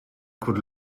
could